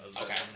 Okay